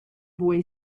boy